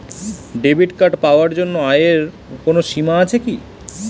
Debit card পাওয়ার জন্য আয়ের কোনো সীমা আছে কি?